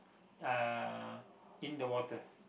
uh in the water